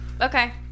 Okay